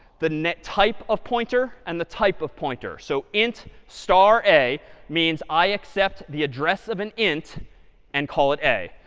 the type of pointer, and the type of pointer. so, int star a means, i accept the address of an int and call it a.